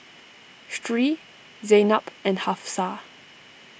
Sri Zaynab and Hafsa